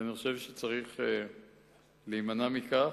ואני חושב שצריך להימנע מכך,